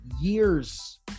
years